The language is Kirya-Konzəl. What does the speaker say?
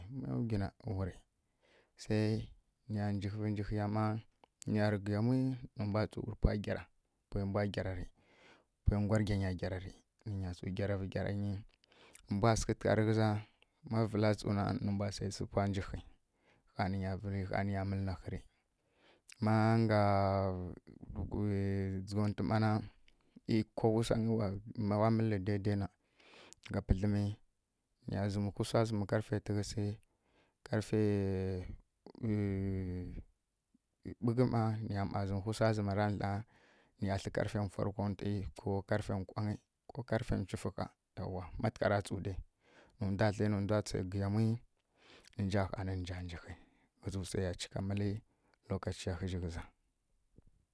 Maya gwi na wuri sai niyan njihǝvǝ njihǝya ma niya rǝ giyamwi ne mbwa tsurǝ pwa gyarari pwe gwargyanya gyarari nǝnya tsu gyaravǝ gyaranyi nǝmbwa sǝ ghǝtǝgharǝ ghǝza ma vǝla tsuna nǝmbwa sǝghe sǝ pwa njihǝ ɦaa ninya mǝlǝ naɦǝri ma nga dzǝghontwǝ ma na e ko wuwsangyǝ mi wana mǝllǝ dede na nga pǝdlǝmi niya nzǝmwhu wsa zǝmi karfe tǝghǝsi karfe ɓughǝ ma niya ma zǝmǝwhu wsa zǝmara dla niya tlǝ karfe mfwarǝ kwantwi ko karfe nkwangy ko karfe nchufǝ ɦaa yauwa ma tǝghra tsu de wa ndwa tlǝ nǝ ndwa tsu gǝyamwi nǝja ɦani nja njihi ghǝzǝ wse ya chika mǝli mbǝ lokaciya ɦǝzji ghǝza.